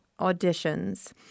auditions